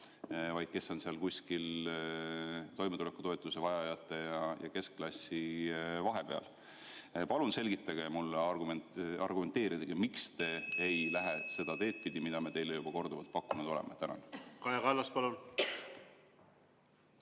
vaid kes on seal kuskil toimetulekutoetuse vajajate ja keskklassi vahepeal. Palun selgitage mulle, argumenteerige, miks te ei lähe seda teed pidi, mida me teile juba korduvalt pakkunud oleme? Kaja Kallas, palun!